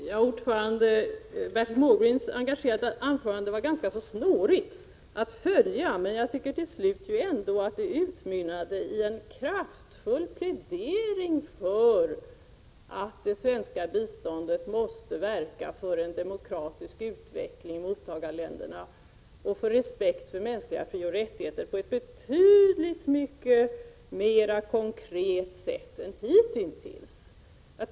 Herr talman! Bertil Måbrinks engagerade anförande var ganska snårigt att följa, men jag tycker att det ändå utmynnade i en kraftfull plädering för att det svenska biståndet måste verka för en demokratisk utveckling i mottagarländerna och respekt för mänskliga frioch rättigheter på ett betydligt mera konkret sätt än hitintills.